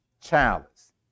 Childless